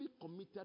committed